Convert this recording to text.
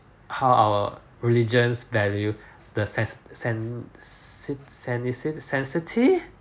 how our region's value the sense~ san~ sani~ senisi~ sanctity